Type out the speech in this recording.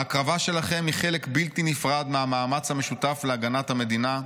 ההקרבה שלכם היא חלק בלתי נפרד מהמאמץ המשותף להגנת המדינה,